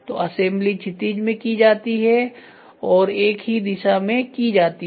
तो असेंबली क्षितिज में की जाती है और एक ही दिशा में की जाती है